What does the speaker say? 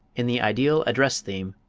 in the ideal address theme,